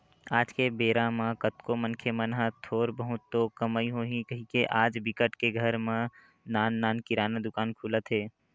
आज के बेरा म कतको मनखे मन ह थोर बहुत तो कमई होही कहिके आज बिकट के घर म नान नान किराना दुकान खुलत हे